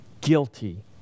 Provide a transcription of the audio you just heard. guilty